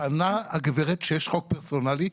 טענה הגברת שיש חוק פרסונלי,